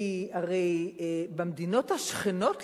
כי הרי במדינות השכנות לנו,